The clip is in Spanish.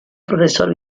profesor